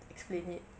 explain it